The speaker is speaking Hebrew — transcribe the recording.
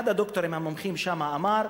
אחד המומחים שם אמר,